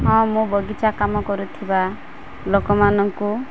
ହଁ ମୁଁ ବଗିଚା କାମ କରୁଥିବା ଲୋକମାନଙ୍କୁ